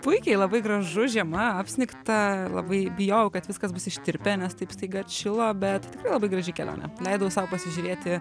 puikiai labai gražu žiema apsnigta labai bijojau kad viskas bus ištirpę nes taip staiga atšilo bet labai graži kelionė leidau sau pasižiūrėti